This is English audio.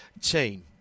team